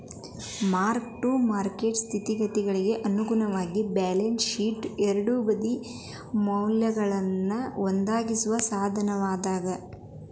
mark to market ಪರಿಸ್ಥಿತಿಗಳಿಗಿ ಅನುಗುಣವಾಗಿ balance ಶೇಟ್ನ ಎರಡೂ ಬದಿ ಮೌಲ್ಯನ ಬದ್ಲಾಯಿಸೋ ಸಾಧನವಾಗ್ಯಾದ